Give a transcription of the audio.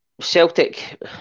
Celtic